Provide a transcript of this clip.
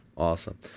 Awesome